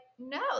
No